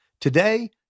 Today